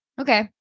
Okay